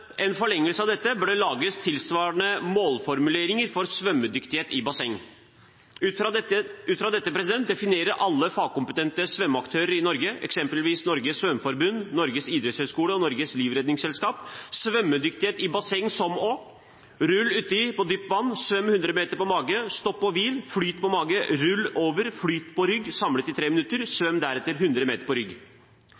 en forlengelse av dette bør det tilsvarende lages målformuleringer for svømmedyktighet i basseng. Ut fra dette definerer alle fagkompetente svømmeaktører i Norge – eksempelvis Norges Svømmeforbund, Norges idrettshøyskole og Norges Livredningsselskap – svømmedyktighet i basseng slik: Rull uti på dypt vann. Svøm 100 meter på magen. Stopp og hvil. Flyt på mage, rull over, flyt på rygg samlet i 3 minutter.